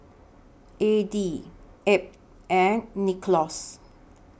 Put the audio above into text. Addie Abb and Nicklaus